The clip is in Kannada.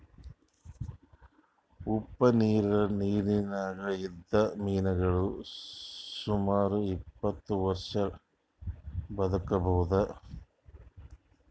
ಉಪ್ಪ್ ನಿರ್ದಾಗ್ ಇದ್ದಿದ್ದ್ ಮೀನಾಗೋಳ್ ಸುಮಾರ್ ಇಪ್ಪತ್ತ್ ವರ್ಷಾ ಬದ್ಕಬಹುದ್